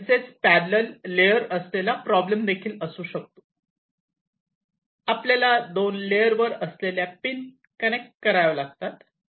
तसेच parallel layer असलेला problem देखील असू शकतो आपल्याला दोन लेअर वर असलेल्या पिन कनेक्ट कराव्या लागतात